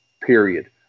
period